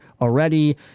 already